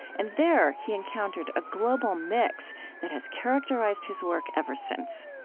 and there he encountered a global mix that has characterized his work ever since